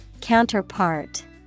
Counterpart